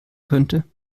könnte